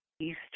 East